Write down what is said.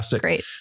Great